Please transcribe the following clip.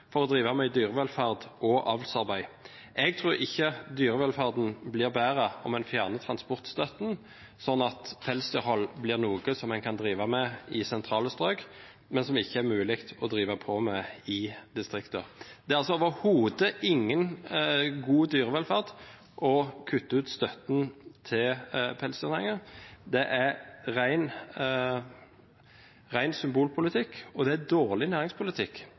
for å drive med dyrevelferd og avlsarbeid. Jeg tror ikke dyrevelferden blir bedre om man fjerner transportstøtten, sånn at pelsdyrhold blir noe som en kan drive med i sentrale strøk, men som ikke er mulig å drive på med i distriktene. Det er altså overhodet ingen god dyrevelferd å kutte ut støtten til pelsdyrnæringen. Det er ren symbolpolitikk, og det er dårlig næringspolitikk